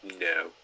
no